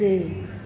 टे